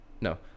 No